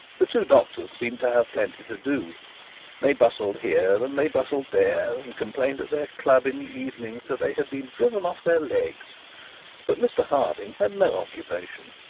the two doctors seemed to have plenty to do they bustled here and they bustled there, and complained at their club in the evenings that they had been driven off their legs but mr harding had no occupation.